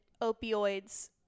opioids